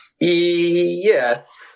Yes